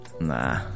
Nah